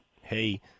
Hey